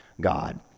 God